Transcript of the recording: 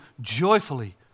joyfully